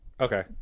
okay